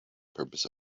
purpose